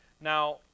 Now